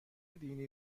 دینی